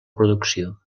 producció